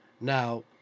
Now